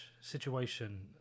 situation